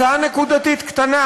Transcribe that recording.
הצעה נקודתית קטנה.